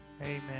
Amen